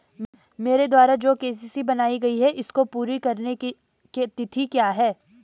मेरे द्वारा जो के.सी.सी बनवायी गयी है इसको पूरी करने की तिथि क्या है?